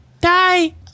die